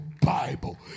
Bible